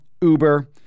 Uber